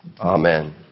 Amen